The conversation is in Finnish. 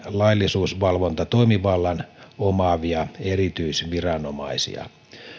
laillisuusvalvontatoimivallan omaavia erityisviranomaisia